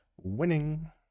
Winning